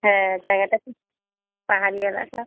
হ্যাঁ জায়গাটা খুব পাহাড়ি এলাকা